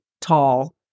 tall